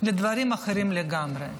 לדברים אחרים לגמרי.